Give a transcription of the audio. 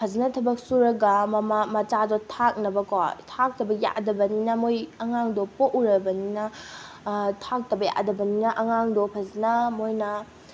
ꯐꯖꯅ ꯊꯕꯛ ꯁꯨꯔꯒ ꯃꯃꯥ ꯃꯆꯥꯗꯣ ꯊꯥꯛꯅꯕꯀꯣ ꯊꯥꯛꯇꯕ ꯌꯥꯗꯕꯅꯤꯅ ꯃꯣꯏ ꯑꯉꯥꯡꯗꯣ ꯄꯣꯛꯎꯔꯕꯅꯤꯅ ꯊꯥꯛꯇꯕ ꯌꯥꯗꯕꯅꯤꯅ ꯑꯉꯥꯡꯗꯣ ꯐꯖꯅ ꯃꯣꯏꯅ